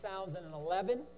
2011